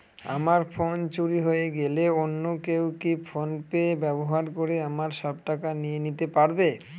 আমার ফোন চুরি হয়ে গেলে অন্য কেউ কি ফোন পে ব্যবহার করে আমার সব টাকা নিয়ে নিতে পারবে?